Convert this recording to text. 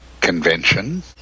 convention